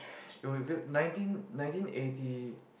it were build nineteen nineteen eighty